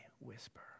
whisper